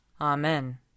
Amen